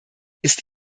ist